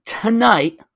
tonight